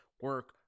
Work